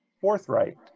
forthright